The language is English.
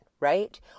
right